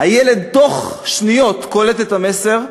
הילד תוך שניות קולט את המסר.